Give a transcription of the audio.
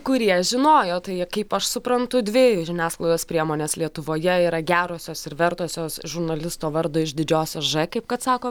kurie žinojo tai kaip aš suprantu dvi žiniasklaidos priemonės lietuvoje yra gerosios ir vertosios žurnalisto vardo iš didžiosios ž kaip kad sako